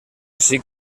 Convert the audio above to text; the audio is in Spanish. así